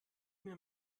mir